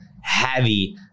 heavy